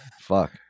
Fuck